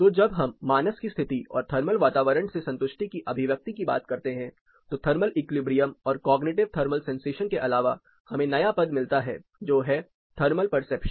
तो जब हम मानस की स्थिति और थर्मल वातावरण से संतुष्टि की अभिव्यक्ति की बात करते हैं तो थर्मल इक्विलिब्रियम और कॉग्निटिव थर्मल सेंसेशन के अलावा हमें नया पद मिलता है जो है थर्मल परसेप्शन